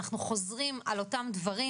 אפשר גם להסתכל על דברי